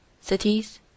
Cities